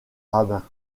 rabbin